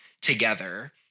together